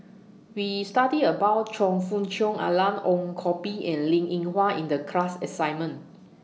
We studied about Choe Fook Cheong Alan Ong Koh Bee and Linn in Hua in The class assignment